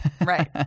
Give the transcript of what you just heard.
Right